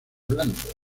blando